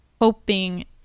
hoping